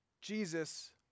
Jesus